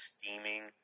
Steaming